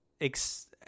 ex